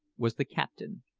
was the captain,